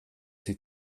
sie